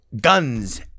guns